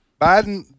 Biden